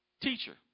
teacher